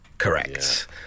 Correct